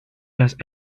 las